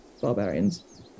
barbarians